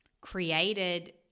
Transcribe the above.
created